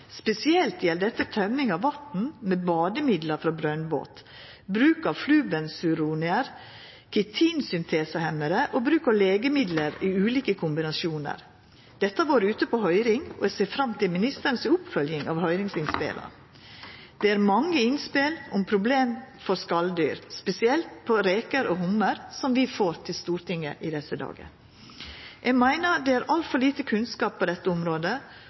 Spesielt gjeld dette tømming av vatn med bademiddel frå brønnbåt og bruk av flubenzuronar, kitinsyntesehemmarar og legemiddel i ulike kombinasjonar. Dette har vore ute på høyring, og eg ser fram til ministeren si oppfølging av høyringsinnspela. Det er mange innspel om problem for skaldyr, spesielt for reker og hummar, som vi får til Stortinget i desse dagar. Eg meiner det er altfor lite kunnskap på dette området